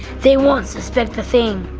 they won't suspect a thing.